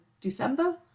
December